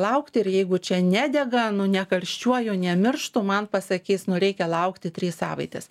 laukti ir jeigu čia nedega nu nekarščiuoju nemirštu man pasakys nu reikia laukti trys savaitės